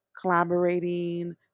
collaborating